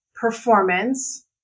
performance